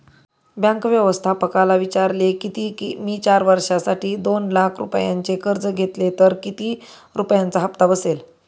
bank व्यवस्थापकाला विचारले किती की, मी चार वर्षांसाठी दोन लाख रुपयांचे कर्ज घेतले तर किती रुपयांचा हप्ता बसेल